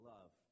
Love